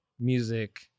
music